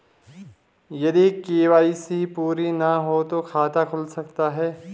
यदि के.वाई.सी पूरी ना हो तो खाता खुल सकता है?